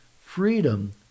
Freedom